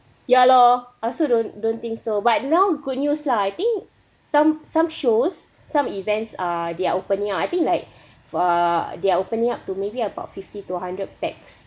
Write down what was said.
ya lor I also don't don't think so but now good news lah I think some some shows some events uh they're opening ah I think like uh they're opening up to maybe about fifty to hundred pax